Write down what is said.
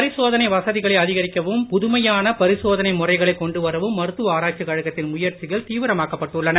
பரிசோதனை வசதிகளை அதிகரிக்கவும் புதுமையான பரிசோதனை முறைகளை கொண்டுவரவும் மருத்துவ ஆராய்ச்சிக் கழகத்தின் முயற்சிகள் தீவிரமாக்கப்பட்டுள்ளன